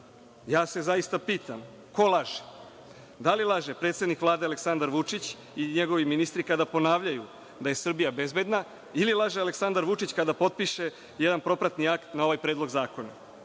ja se zaista pitam – ko laže? Da li laže predsednik Vlade Aleksandar Vučić i njegovi ministri kada ponavljaju da je Srbija bezbedna? Ili laže Aleksandar Vučić kada potpiše jedan propratni akt na ovaj predlog zakona?